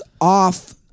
off